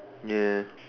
ya